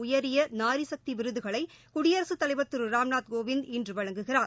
உயரிய நாரிகக்தி விருதுகளை குடியரசு தலைவர் திரு ராம்நாத் கோவிந்த் இன்று வழங்குகிறார்